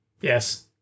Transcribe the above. Yes